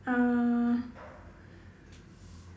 uh